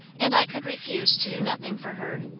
and i could refuse to do nothing for her,